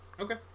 Okay